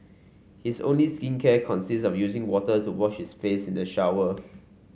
his only skincare consists of using water to wash his face in the shower